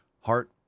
heart